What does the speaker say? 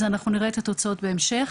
אז אנחנו נראה את התוצאות בהמשך.